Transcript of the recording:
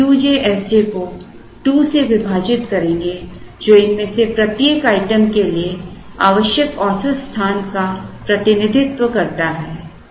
तो हम Q j S j को 2 से विभाजित करेंगे जो इनमें से प्रत्येक आइटम के लिए आवश्यक औसत स्थान का प्रतिनिधित्व करता है